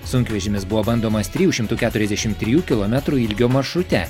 sunkvežimis buvo bandomas trijų šimtų keturiasdešim trijų kilometrų ilgio maršrute